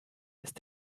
ist